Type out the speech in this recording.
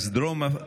בכל מקום.